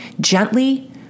gently